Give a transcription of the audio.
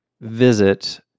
visit